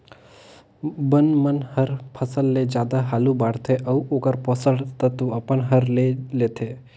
बन मन हर फसल ले जादा हालू बाड़थे अउ ओखर पोषण तत्व अपन हर ले लेथे